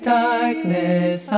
darkness